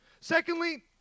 Secondly